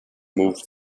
movie